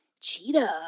cheetah